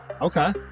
Okay